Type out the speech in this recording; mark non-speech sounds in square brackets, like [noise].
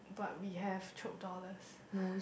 but we have Chope dollars [breath]